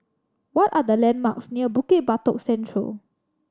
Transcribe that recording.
what are the landmarks near Bukit Batok Central